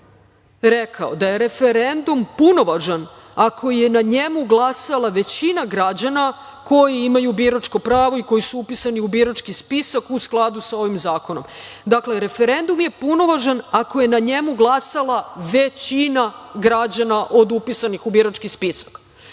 rekao da je referendum punovažan ako je na njemu glasala većina građana koji imaju biračko pravo i koji su upisani u birački spisak u skladu sa ovim zakonom. Dakle, referendum je punovažan ako je na njemu glasala većina građana od upisanih u birački spisak. Onda